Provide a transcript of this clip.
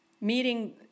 meeting